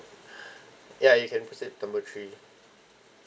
ya you can proceed number three